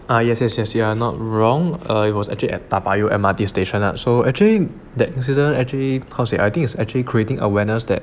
ah yes yes yes you are not wrong ah it was actually at toa payoh M_R_T station ah so actually that incident actually how to say I think it's actually creating awareness that